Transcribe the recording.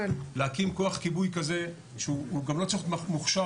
להקים כוח כיבוי כזה שהוא גם לא צריך להיות מוכשר